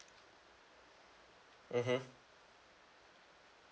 mmhmm